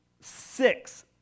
six